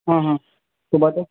ہاں ہاں صحیح بات ہے